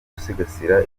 gusigasira